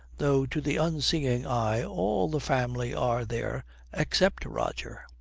though to the unseeing eye all the family are there except roger.